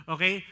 Okay